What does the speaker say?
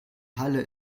halle